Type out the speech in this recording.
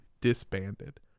disbanded